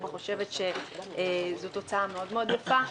אני חושבת שזו תוצאה מאוד מאוד יפה.